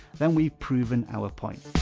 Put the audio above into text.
then we've proven our point.